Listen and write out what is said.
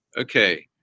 Okay